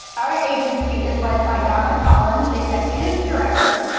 our agency is led by donna collins, executive director,